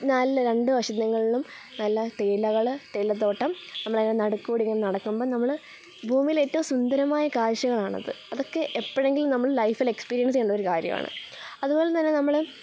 നല്ല രണ്ട് വശങ്ങളിലും നല്ല തേയിലകൾ തേയിലത്തോട്ടം നമ്മൾ അതിൻ്റെ നടുക്ക് കൂടെ ഇങ്ങനെ നടക്കുമ്പം നമ്മൾ ഭൂമിയിൽ ഏറ്റവും സുന്ദരമായ കാഴ്ചകളാണത് അതൊക്കെ എപ്പോഴെങ്കിലും നമ്മൾ ലൈഫിൽ എക്സ്പീരിയൻസ് ചെയ്യേണ്ട ഒരു കാര്യമാണ് അത് പോലെ തന്നെ നമ്മൾ